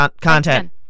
Content